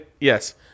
yes